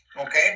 okay